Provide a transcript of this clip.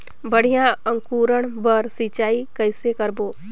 बढ़िया अंकुरण बर सिंचाई कइसे करबो?